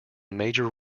major